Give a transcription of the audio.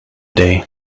day